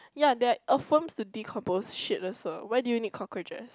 ya there're earthworms to decompose shit also why do you need cockroaches